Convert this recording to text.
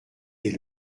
est